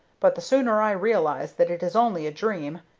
but the sooner i realize that it is only a dream,